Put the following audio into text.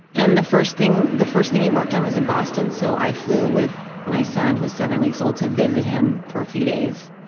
and the first thing, the first thing he worked on was in boston, so i flew with my son, who was seven weeks old, to visit him for a few days,